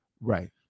Right